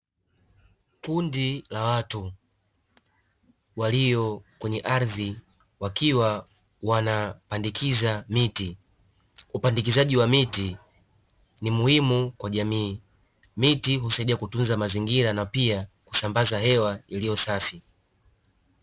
Kundi la watu walio kwenye ardhi wakiwa wanapandikiza miti. Upandikizaji wa miti ni muhimu kwa jamii. Miti husaidia kutunza mazingira na pia husambaza hewa iliyo safi.